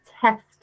test